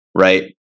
right